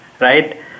right